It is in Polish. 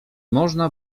można